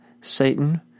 Satan